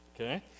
Okay